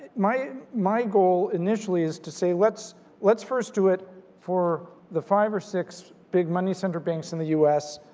my my goal initially is to say, let's let's first do it for the five or six big money center banks in the us,